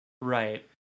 Right